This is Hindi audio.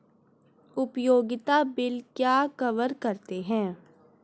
उपयोगिता बिल क्या कवर करते हैं?